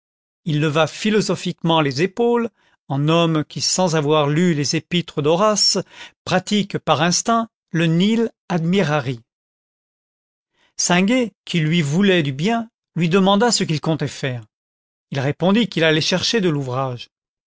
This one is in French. il leva philosophiquement les épaules en homme qui sans avoir lu les épîtres d'horace pratique par instinct le nil admirari singuet qui lui voulait du bien lui demanda ce qu'il comptait faire il répondit qu'il allait chercher de l'ouvrage